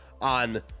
on